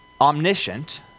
omniscient